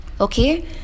Okay